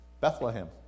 Bethlehem